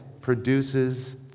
produces